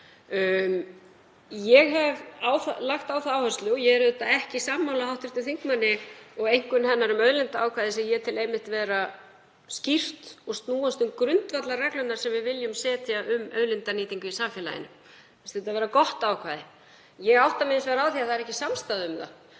um allar breytingar. Ég er auðvitað ekki sammála hv. þingmanni og einkunn hennar um auðlindaákvæðið, sem ég tel einmitt vera skýrt og snúast um grundvallarreglurnar sem við viljum setja um auðlindanýtingu í samfélaginu. Mér finnst þetta vera gott ákvæði. Ég átta mig hins vegar á því að það er ekki samstaða um það.